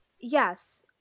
Yes